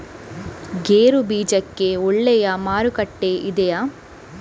ಗೇರು ಬೀಜಕ್ಕೆ ಒಳ್ಳೆಯ ಮಾರುಕಟ್ಟೆ ಇದೆಯೇ?